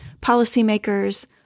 policymakers